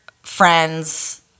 friends